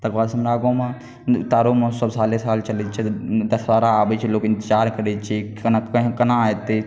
तकरबाद सऽ हमरा गाँव मे तारो महोत्स्व साले साल चलै छै दशहरा आबै छै लोक इन्तजार करै छै कोना ऐतै